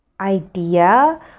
idea